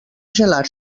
gelar